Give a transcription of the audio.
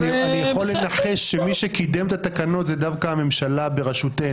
אני יכול לנחש שמי שקידם את התקנות זה דווקא הממשלה בראשותנו.